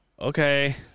okay